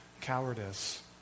cowardice